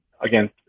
again